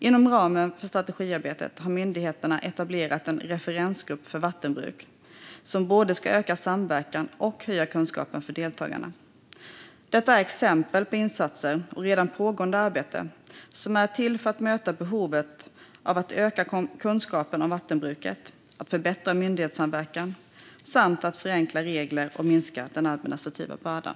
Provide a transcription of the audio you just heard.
Inom ramen för strategiarbetet har myndigheterna etablerat en referensgrupp för vattenbruk, som både ska öka samverkan och höja kunskapen hos deltagarna. Detta är exempel på insatser och redan pågående arbete som är till för att möta behovet av att öka kunskapen om vattenbruket, att förbättra myndighetssamverkan samt att förenkla regler och minska den administrativa bördan.